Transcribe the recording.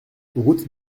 route